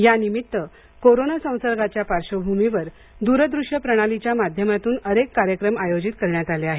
यानिमित्त कोरोना संसर्गाच्या पार्श्वभूमीवर दूरदृश्य प्रणालीच्या माध्यमातून अनेक कार्यक्रम आयोजित करण्यात आले आहेत